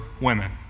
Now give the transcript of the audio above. women